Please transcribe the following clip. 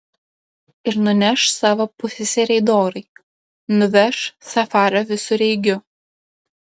ir nuneš savo pusseserei dorai nuveš safario visureigiu